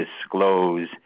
disclose